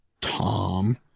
tom